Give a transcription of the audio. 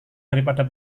daripada